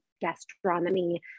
gastronomy